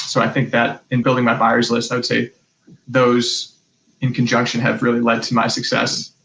so i think that, in building my buyers list, i would say those in conjunction have really lead to my success.